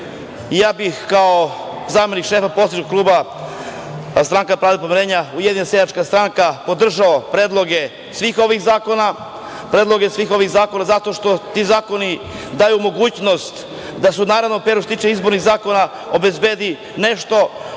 ja bih kao zamenik šefa poslaničkog kluba Stranka pravde i pomirenja - Ujedinjena seljačka stranka podržao predloge svih ovih zakona zato što ti zakoni daju mogućnost da se u narednom periodu što se tiče izbornih zakona obezbedi nešto